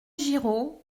giraud